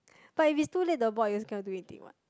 but if it's too late the board you also cannot do anything what